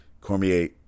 Cormier